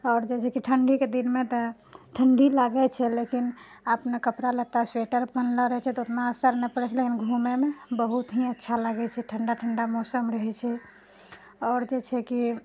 आओर जेकि ठण्डीके दिनमे तऽ ठण्डी लागै छै लेकिन अपना कपड़ा लत्ता स्वेटर पहिनले रहै छै तऽ ओतना असर नहि पड़ै लेकिन घुमएमे बहुत ही अच्छा लागै छै ठण्डा ठण्डा मौसम रहै छै आओर जे छै कि